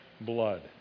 blood